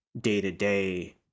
day-to-day